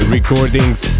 Recordings